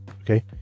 Okay